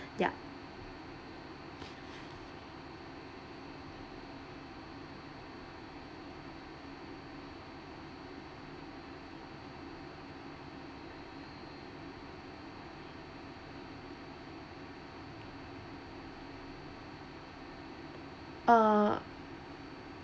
ya uh